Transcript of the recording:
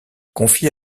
confiés